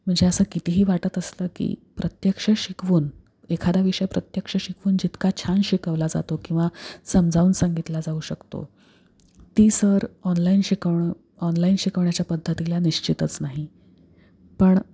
म्हणजे असं कितीही वाटत असलं की प्रत्यक्ष शिकवून एखादा विषय प्रत्यक्ष शिकवून जितका छान शिकवला जातो किंवा समजावून सांगितला जाऊ शकतो ती सर ऑनलाईन शिकवणं ऑनलाईन शिकवण्याच्या पद्धतीला निश्चितच नाही पण